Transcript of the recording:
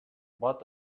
but